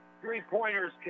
three-pointers